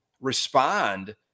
respond